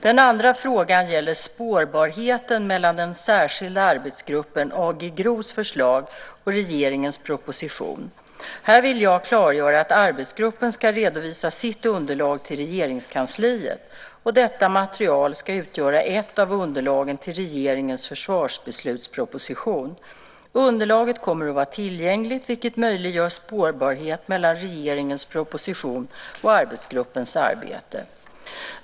Den andra frågan gäller spårbarheten mellan den särskilda arbetsgruppens, AG GRO, förslag och regeringens proposition. Här vill jag klargöra att arbetsgruppen ska redovisa sitt underlag till Regeringskansliet. Detta material ska utgöra ett av underlagen till regeringens försvarsbeslutsproposition. Underlaget kommer att vara tillgängligt, vilket möjliggör spårbarhet mellan regeringens proposition och arbetsgruppens arbete.